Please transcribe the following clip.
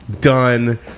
done